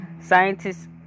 scientists